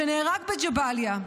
שנהרג בג'באליה.